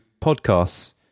podcasts